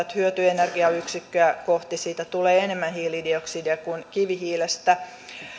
niin että hyötyenergiayksikköä kohti siitä tulee enemmän hiilidioksidia kuin kivihiilestä